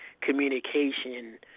communication